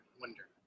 wonder